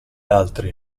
altri